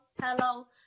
hello